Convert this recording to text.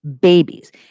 babies